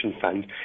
fund